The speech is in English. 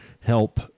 help